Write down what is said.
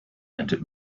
and